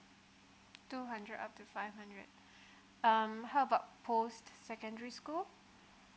two hundred up to five hundred um how about post secondary school